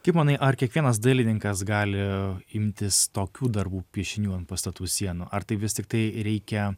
kaip manai ar kiekvienas dailininkas gali imtis tokių darbų piešinių ant pastatų sienų ar tai vis tiktai reikia